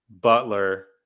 butler